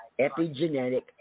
epigenetic